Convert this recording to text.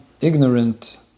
ignorant